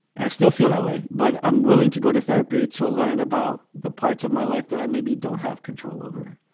and i still feel that way. but i'm willing to go to therapy to learn about the parts of my life that i maybe don't have control over.